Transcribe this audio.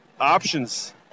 options